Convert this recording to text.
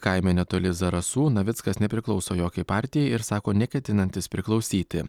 kaime netoli zarasų navickas nepriklauso jokiai partijai ir sako neketinantis priklausyti